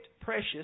precious